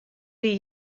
wie